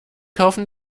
kaufen